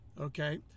okay